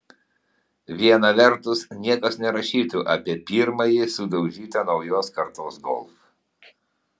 viena vertus niekas nerašytų apie pirmąjį sudaužytą naujos kartos golf